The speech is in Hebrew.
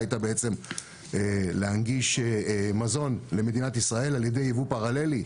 הייתה בעצם להנגיש מזון למדינת ישראל על ידי ייבוא פרללי.